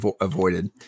avoided